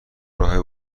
راهبی